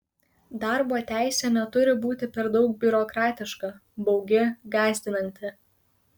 darbo teisė neturi būti per daug biurokratiška baugi gąsdinanti